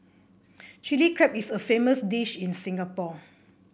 Chilli Crab is a famous dish in Singapore